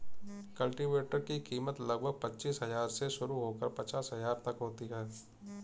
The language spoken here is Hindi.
कल्टीवेटर की कीमत लगभग पचीस हजार से शुरू होकर पचास हजार तक होती है